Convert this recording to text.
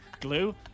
Glue